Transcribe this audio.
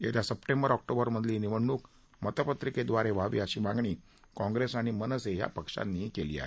येत्या सप्टेंबर ऑक्टोबरमधील ही निवडणूक मतपत्रिकेद्वारे व्हावी अशी मागणी काँग्रेस आणि मनसे या पक्षांनीही केली आहे